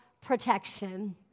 protection